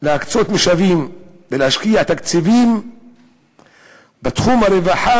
להקצות משאבים ולהשקיע תקציבים בתחום הרווחה